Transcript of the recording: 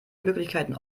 möglichkeiten